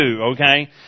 okay